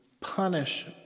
punish